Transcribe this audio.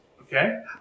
okay